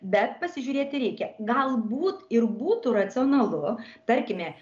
bet pasižiūrėti reikia galbūt ir būtų racionalu tarkime